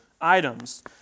items